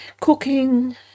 cooking